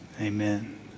Amen